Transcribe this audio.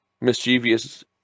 mischievous